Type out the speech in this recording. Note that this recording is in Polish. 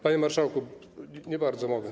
Panie marszałku, nie bardzo mogę.